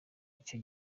icyo